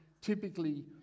typically